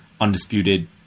undisputed